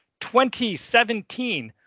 2017